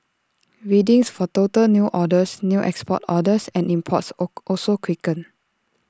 readings for total new orders new export orders and imports also quickened